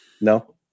No